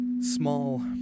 small